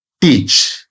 Teach